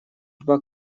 два